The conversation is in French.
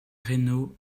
reynaud